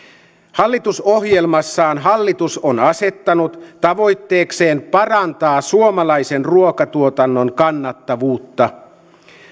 hallitusohjelmassaan hallitus on asettanut tavoitteekseen parantaa suomalaisen ruokatuotannon kannattavuutta